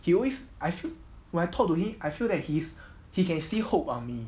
he always I should when I talk to him I feel that hes he can see hope on me